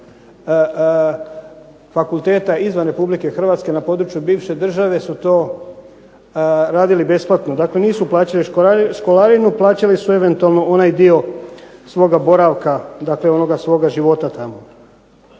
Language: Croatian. fakulteta izvan Republike Hrvatske na području bivše države su to radili besplatno, dakle nisu plaćali školarinu, plaćali su eventualno onaj dio svoga boravka, dakle onoga svoga života tamo.